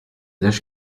l’âge